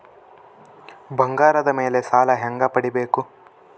ಬಂಗಾರದ ಮೇಲೆ ಸಾಲ ಹೆಂಗ ಪಡಿಬೇಕು?